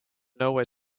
nowhere